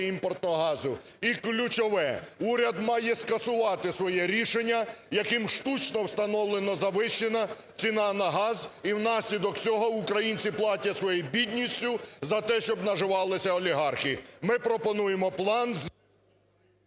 імпортного газу. І ключове. Уряд має скасувати своє рішення, яким штучно встановлена завищена ціна на газ і внаслідок цього українці платять своєю бідністю за те, щоб наживалися олігархи. Ми пропонуємо план… ГОЛОВУЮЧИЙ.